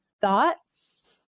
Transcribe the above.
Thoughts